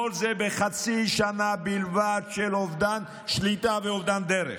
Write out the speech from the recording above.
כל זה בחצי שנה בלבד של אובדן שליטה ואובדן דרך